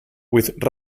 with